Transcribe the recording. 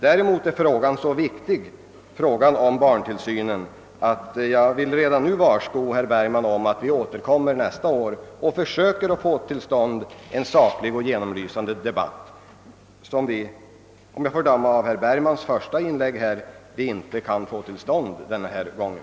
Däremot är frågan om barntill synen så viktig, att jag redan nu vill varsko herr Bergman om att vi nästa år återkommer för att försöka få till stånd en saklig och genomlysande debatt, något som vi — om jag får döma av herr Bergmans första inlägg — inte kan få den här gången.